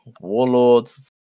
warlords